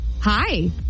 Hi